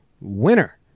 winner